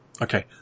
Okay